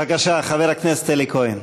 בבקשה, חבר הכנסת אלי כהן.